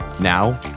now